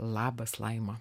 labas laima